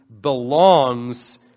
belongs